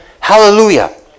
Hallelujah